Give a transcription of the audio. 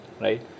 right